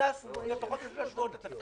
שנכנס לתפקיד לפני פחות משלושה שבועות.